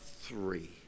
three